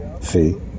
See